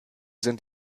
sind